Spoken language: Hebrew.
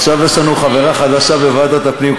עכשיו יש לנו חברה חדשה בוועדת הפנים,